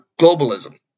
globalism